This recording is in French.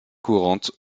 courantes